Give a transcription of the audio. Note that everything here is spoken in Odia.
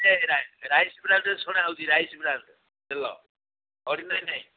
ଏ ରାଇ ରାଇସ୍ ବ୍ରାନ୍ରେ ଛଣା ହେଉଛି ରାଇସ୍ ବ୍ରାନ୍ର ତେଲ ଅର୍ଡିନାରି ନାହିଁ